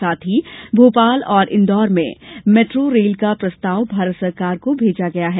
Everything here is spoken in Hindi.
साथ ही भोपाल और इंदौर में मेट्रो रेल का प्रस्ताव भारत सरकार को भेजा गया है